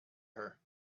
her